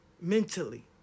Mentally